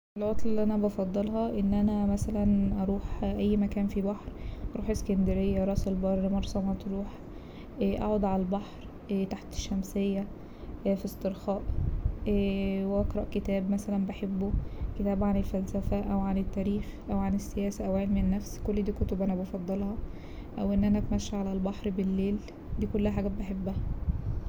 العطلة اللي انا بفضلها ان انا مثلا أروح اي مكان فيه بحر اروح اسكندرية رأس البر مرسي مطروح اقعد على البحر تحت الشمسية في استرخاء واقرأ كتاب مثلا بحبه كتاب عن الفلسفة او عن التاريخ او عن السياسة أو علم النفس كل دي كتب انا بفضلها أو ان انا أتمشى على البحر بالليل دي كلها حاجات بحبها.